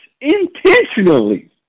intentionally